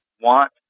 want